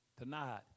tonight